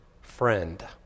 friend